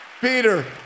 Peter